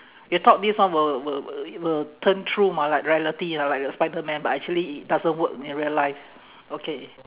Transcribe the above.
you thought this one will will will will turn true mah like reality ah like the spiderman but actually it doesn't work in real life okay